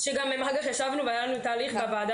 אחר כך גם ישבנו והיה לנו תהליך בוועדה